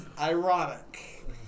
ironic